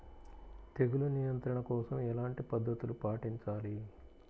తెగులు నియంత్రణ కోసం ఎలాంటి పద్ధతులు పాటించాలి?